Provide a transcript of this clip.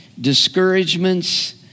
discouragements